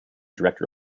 director